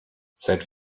seit